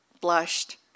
blushed